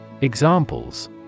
Examples